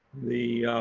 the